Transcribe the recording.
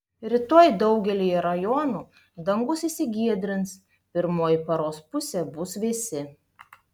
rytoj daugelyje rajonų dangus išsigiedrins pirmoji paros pusė bus vėsi